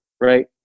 right